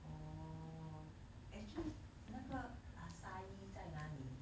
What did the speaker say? orh actually 那个 acai 在哪里